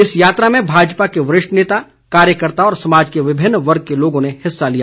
इस यात्रा में भाजपा के वरिष्ठ नेता कार्यकर्ता और समाज के विभिन्न वर्ग के लोगों ने भाग लिया